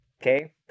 Okay